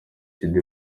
sida